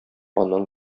аннан